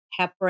heparin